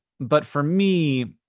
but for me,